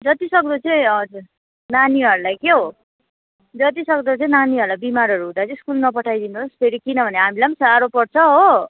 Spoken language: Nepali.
जतिसक्दो चाहिँ हजुर नानीहरूलाई के हो जतिसक्दो चाहिँ नानीहरूलाई बिमारहरू हुँदा चाहिँ स्कुल नपठाइदिनुहोस् फेरि किनभने हामीलाई पनि साह्रो पर्छ हो